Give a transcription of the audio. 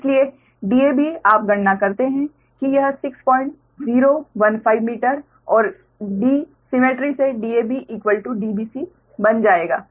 इसलिए Dab आप गणना करते है कि यह 6015 मीटर और D सिमेट्री से DabDbc बन जाएगा